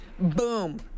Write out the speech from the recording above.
Boom